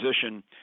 position